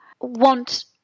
want